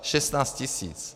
16 tisíc.